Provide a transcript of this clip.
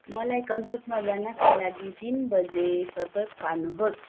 मलाई कन्सर्टमा जानका लागि तिन बजे सतर्क पार्नुहोस्